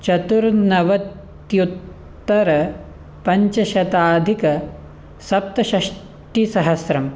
चतुर्नवत्युत्तरपञ्चशताधिकसप्तषष्टिसहस्रं